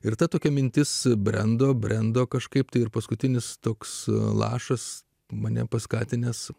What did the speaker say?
ir tad tokia mintis brendo brendo kažkaip tai ir paskutinis toks lašas mane paskatinęs